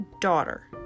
daughter